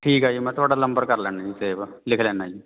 ਠੀਕ ਹੈ ਜੀ ਮੈਂ ਤੁਹਾਡਾ ਨੰਬਰ ਕਰ ਲੈਣਾ ਜੀ ਸੇਵ ਲਿਖ ਲੈਂਦਾ ਜੀ